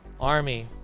Army